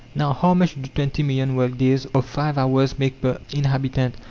now, how much do twenty million work-days of five hours make per inhabitant?